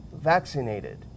vaccinated